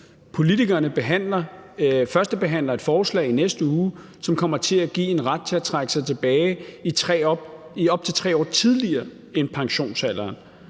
Politikerne førstebehandler et forslag i næste uge, som kommer til at give en ret til at trække sig tilbage op til 3 år tidligere end pensionsalderen.